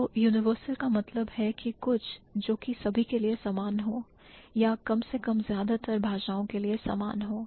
तो universal का मतलब है कुछ जोकि सभी के लिए समान हो या कम से कम ज्यादातर भाषाओं के लिए समान हो